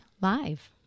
Live